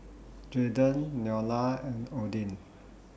Jaydon Nolia and Odin